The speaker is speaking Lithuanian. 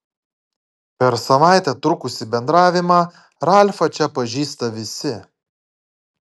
per savaitę trukusį bendravimą ralfą čia pažįsta visi